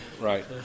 Right